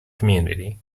community